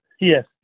yes